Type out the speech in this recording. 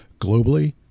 globally